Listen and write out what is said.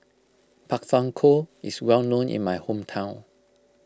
Pak Thong Ko is well known in my hometown